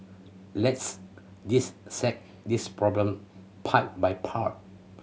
let's this problem part by part